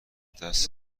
دست